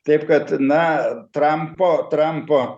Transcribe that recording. taip kad na trampo trampo